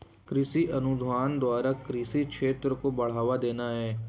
कृषि अनुसंधान द्वारा कृषि क्षेत्र को बढ़ावा देना है